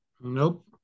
Nope